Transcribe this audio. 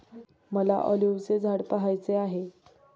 मला ऑलिव्हचे झाड पहायचे आहे